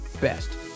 best